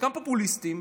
חלקם פופוליסטיים,